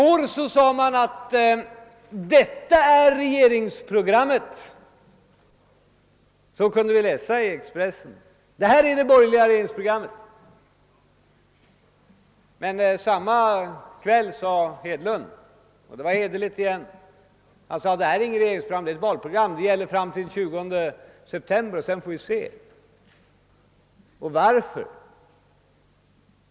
I går sade man: Detta är det borgerli ga regeringsprogrammet. Det kunde vi läsa i Expressen. Samma kväll sade herr Hedlund — det var hederligt igen — att detta är inget regeringsprogram; det är ett valprogram, och det gäller fram till den 20 september — sedan får vi se! Varför?